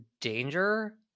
danger